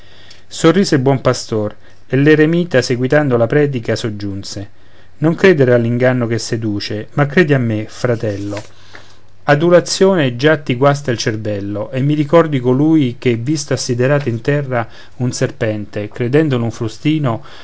il buon pastor e l'eremita seguitando la predica soggiunse non credere all'inganno che seduce ma credi a me fratello adulazione già ti guasta il cervello e mi ricordi colui che visto assiderato in terra un serpente credendolo un frustino